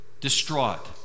distraught